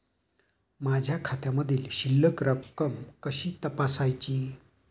माझ्या खात्यामधील शिल्लक रक्कम कशी तपासायची?